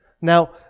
Now